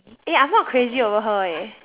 eh I'm not crazy over her eh